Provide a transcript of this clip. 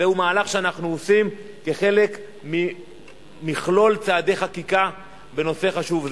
זהו מהלך שאנחנו עושים כחלק ממכלול צעדי חקיקה בנושא חשוב זה.